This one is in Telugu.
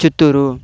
చిత్తూరు